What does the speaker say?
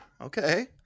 Okay